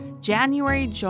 January